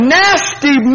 nasty